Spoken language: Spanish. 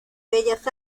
bellas